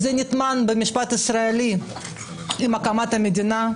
זה נטמן במשפט הישראלי עם הקמת המדינה,